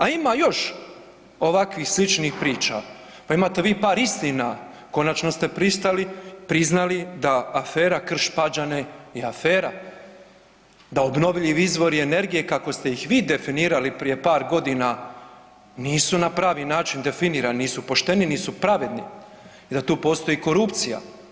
A ima još ovakvih sličnih priča, pa imate vi par istina, konačnost ste priznali da Afera Krš-Pađene je afera, da obnovljivi izvori energije, kako ste ih vi definirali prije par godina nisu na pravi način definirani, nisu pošteni, nisu pravedni i da tu postoji korupcija.